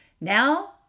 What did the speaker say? Now